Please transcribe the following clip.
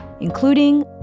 including